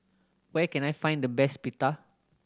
where can I find the best Pita